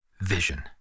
vision